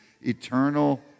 eternal